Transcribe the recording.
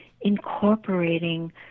incorporating